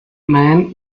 man